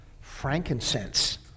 frankincense